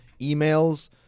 emails